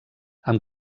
amb